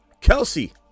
Kelsey